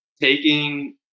taking